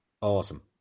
Awesome